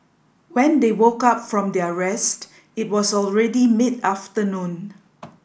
when they woke up from their rest it was already mid afternoon